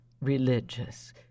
religious